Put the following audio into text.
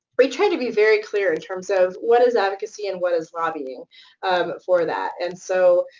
we try to be very clear in terms of, what is advocacy, and what is lobbying for that? and so,